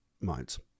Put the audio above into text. minds